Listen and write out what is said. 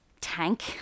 tank